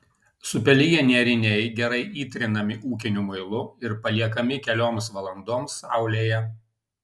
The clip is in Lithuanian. supeliję nėriniai gerai įtrinami ūkiniu muilu ir paliekami kelioms valandoms saulėje